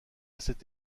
cette